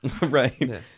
Right